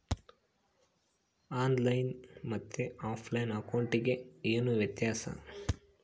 On line ಮತ್ತೆ offline ಅಕೌಂಟಿಗೆ ಏನು ವ್ಯತ್ಯಾಸ?